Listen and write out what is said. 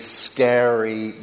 scary